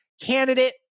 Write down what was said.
candidate